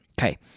Okay